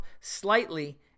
slightly